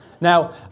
Now